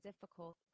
difficult